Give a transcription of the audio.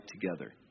together